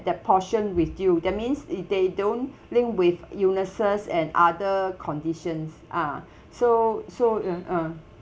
that portion with you that means it they don't link with illnesses and other conditions ah so so mm um